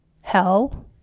hell